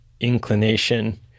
inclination